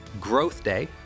#GrowthDay